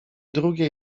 drugie